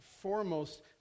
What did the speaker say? foremost